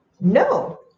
no